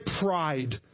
pride